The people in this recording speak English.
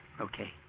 Okay